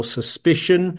suspicion